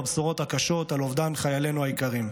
הבשורות הקשות על אובדן חיילינו היקרים.